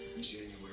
January